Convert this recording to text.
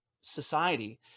society